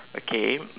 okay